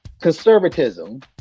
Conservatism